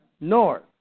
North